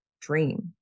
dream